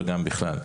וגם בכלל.